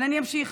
אני אמשיך.